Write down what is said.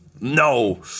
No